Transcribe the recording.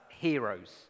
heroes